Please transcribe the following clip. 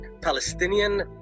Palestinian